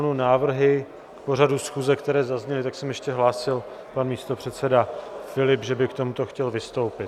Než shrnu návrhy k pořadu schůze, které zazněly, tak se mi ještě hlásil pan místopředseda Filip, že by k tomuto chtěl vystoupit.